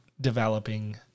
developing